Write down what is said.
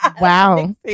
Wow